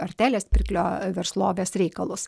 artelės pirklio verslovės reikalus